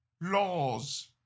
laws